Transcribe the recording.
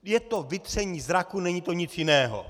Je to vytření zraku, není to nic jiného.